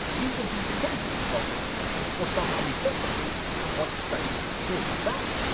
even these criticisms of plandemic will somehow be further proof, that what it's saying is true. that,